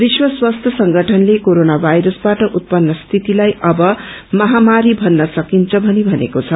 विश्व स्वास्थ्य संगठनले कोरोना भाइरसबाट उत्पत्र स्थितिलाई अब महामारी भन्न सकिन्छ भनी भनेको छ